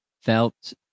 felt